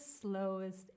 slowest